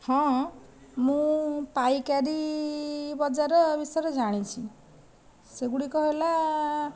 ହଁ ମୁଁ ପାଇକାରୀ ବଜାର ବିଷୟରେ ଜାଣିଛି ସେ ଗୁଡ଼ିକ ହେଲା